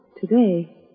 today